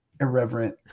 irreverent